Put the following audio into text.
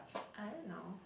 I don't know